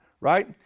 right